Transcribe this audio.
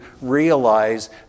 realize